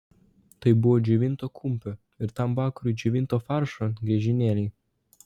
tai buvo džiovinto kumpio ir tam vakarui džiovinto faršo griežinėliai